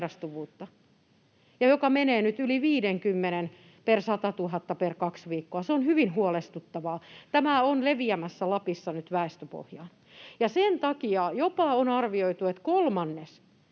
ja se menee nyt yli 50:n per 100 000 per kaksi viikkoa — se on hyvin huolestuttavaa. Tämä on leviämässä Lapissa nyt väestöpohjaan, ja sen takia on arvioitu jopa, että kolmannes